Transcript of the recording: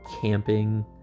camping